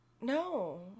No